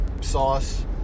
sauce